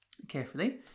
carefully